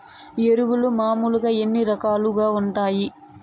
ఎరువులు మామూలుగా ఎన్ని రకాలుగా వుంటాయి?